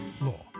law